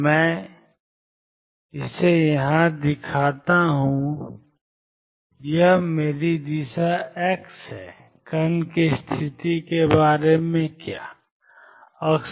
मैं इसे यहां दिखाता हूं कि यह मेरी दिशा x है कण की स्थिति के बारे में कैसे